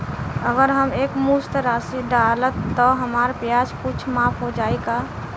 अगर हम एक मुस्त राशी डालब त हमार ब्याज कुछ माफ हो जायी का?